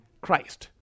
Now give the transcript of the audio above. Christ